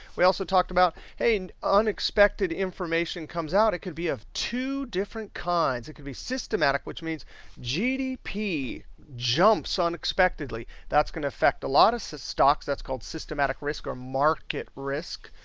we also talked about, and unexpected information comes out, it could be of two different kinds. it could be systematic, which means gdp jumps unexpectedly. that's going to affect a lot of stocks. that's called systematic risk or market risk.